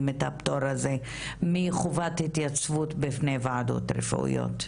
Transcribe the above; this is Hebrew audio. את הפטור הזה מחובת התייצבות בפני וועדות רפואיות.